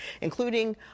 including